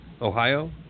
ohio